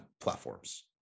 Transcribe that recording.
platforms